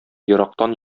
ерактан